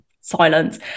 silence